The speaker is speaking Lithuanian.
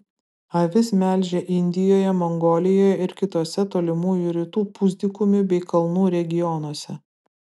avis melžia indijoje mongolijoje ir kituose tolimųjų rytų pusdykumių bei kalnų regionuose